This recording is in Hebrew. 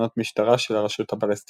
ותחנות משטרה של הרשות הפלסטינית.